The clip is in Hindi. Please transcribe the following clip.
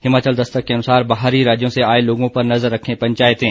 हिमाचल दस्तक के अनुसार बाहरी राज्यों से आए लोगों पर नजर रखें पचायतें